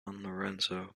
lorenzo